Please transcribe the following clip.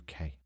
UK